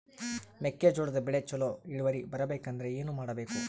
ಮೆಕ್ಕೆಜೋಳದ ಬೆಳೆ ಚೊಲೊ ಇಳುವರಿ ಬರಬೇಕಂದ್ರೆ ಏನು ಮಾಡಬೇಕು?